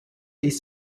ist